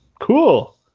Cool